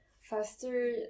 faster